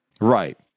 Right